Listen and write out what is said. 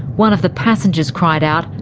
one of the passengers cried out,